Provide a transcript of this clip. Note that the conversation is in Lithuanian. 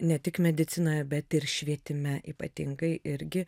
ne tik medicinoje bet ir švietime ypatingai irgi